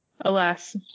Alas